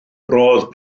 roedd